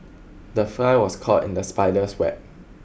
the fly was caught in the spider's web